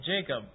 Jacob